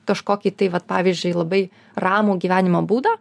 kažkokį tai vat pavyzdžiui labai ramų gyvenimo būdą